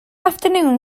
afternoon